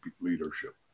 leadership